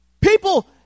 People